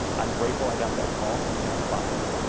i'm grateful i got that call from channel five.